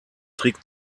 trick